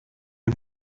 die